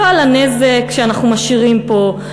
לא על הנזק שאנחנו משאירים פה,